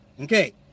Okay